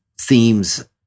themes